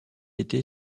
été